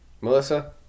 Melissa